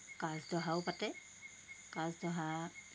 কাজ দহাও পাতে কাজ দহা